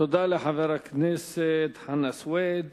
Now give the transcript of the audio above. תודה לחבר הכנסת חנא סוייד.